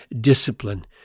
discipline